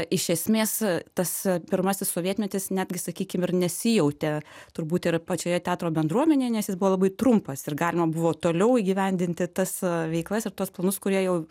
iš esmės tas pirmasis sovietmetis netgi sakykim ir nesijautė turbūt ir pačioje teatro bendruomenėje nes jis buvo labai trumpas ir galima buvo toliau įgyvendinti tas veiklas ir tuos planus kurie jau